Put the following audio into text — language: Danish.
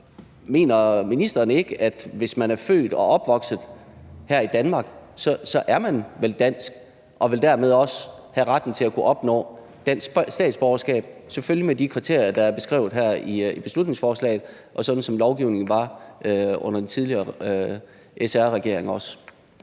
Mener ministeren ikke, at hvis man er født og opvokset her i Danmark, så er man vel dansk og vil dermed også have retten til at kunne opnå dansk statsborgerskab, selvfølgelig ud fra de kriterier, der er beskrevet her i beslutningsforslaget, og sådan som lovgivningen også var under den tidligere SR-regering? Kl.